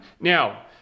Now